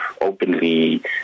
openly